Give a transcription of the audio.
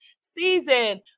season